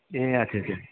ए अच्छा अच्छा